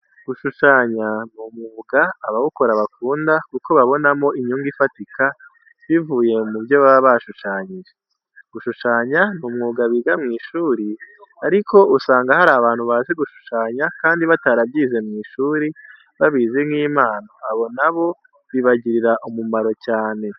Gushushanya ni umwuga abawukora bakunda kuko babonamo inyungu ifatika bivuye mu byo baba bashushanyije. Gushushanya ni umwuga biga mu ishuri, ariko usanga hari abantu bazi gushushanya kandi batarabyize mu ishuri, babizi nk'impano, abo na bo bibagirira umumaro cyane.